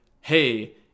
hey